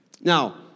now